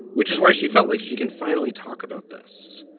which is why she felt like she can finally talk about this.